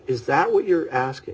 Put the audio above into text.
is that what you're asking